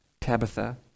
Tabitha